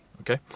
okay